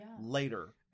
later